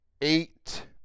eight